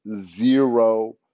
zero